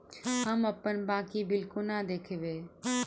हम अप्पन बाकी बिल कोना देखबै?